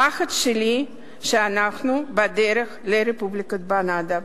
הפחד שלי הוא שאנחנו בדרך לרפובליקת בננות.